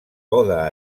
oda